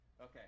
Okay